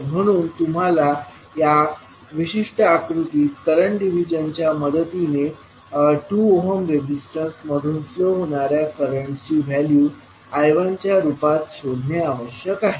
म्हणून तुम्हाला या विशिष्ट आकृतीत करंट डिव्हिजनच्या मदतीने 2 ओहम रेजिस्टन्स मधून फ्लो होणाऱ्या करंटची व्हॅल्यू I1च्या रूपात शोधणे आवश्यक आहे